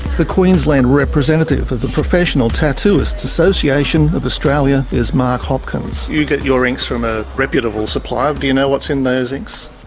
the queensland representative of the professional tattooing association of australia is mark hopkins. you get your inks from a reputable supplier, but do you know what's in those inks?